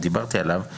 ודיברתי עליו,